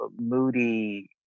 moody